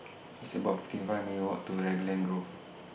It's about fifty five minutes' Walk to Raglan Grove